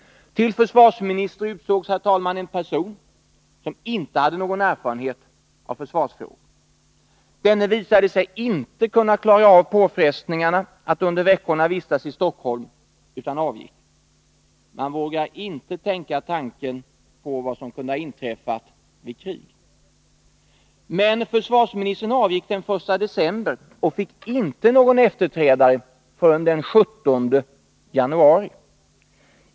Till försvarsminister utsågs en person utan erfarenhet av försvarsfrågor. Denne visade sig också inte klara av påfrestningarna att under veckorna vistas i Stockholm, utan avgick. Man vågar inte tänka på vad som kunde ha inträffat vid krig. Men försvarsministern avgick den 1 december och fick inte någon efterträdare förrän den 17 januari.